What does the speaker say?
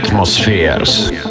atmospheres